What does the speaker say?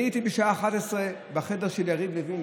אני הייתי בשעה 23:00 בחדר של יריב לוין,